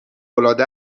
العاده